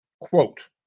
Quote